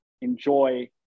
enjoy